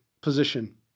position